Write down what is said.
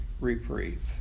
reprieve